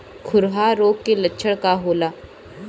खुरहा रोग के लक्षण का होला?